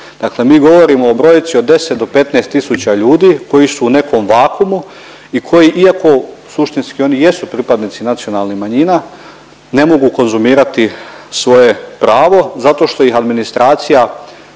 Dakle, mi govorimo o brojci od 10 do 15 tisuća ljudi koji su u nekom vakuumu i koji iako suštinski oni jesu pripadnici nacionalnih manjina ne mogu konzumirati svoje pravo zato što ih administracija